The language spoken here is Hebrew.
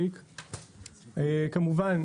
כמובן,